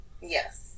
Yes